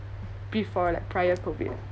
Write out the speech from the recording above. before like prior COVID